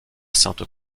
sainte